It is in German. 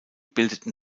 bildeten